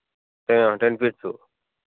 ten feets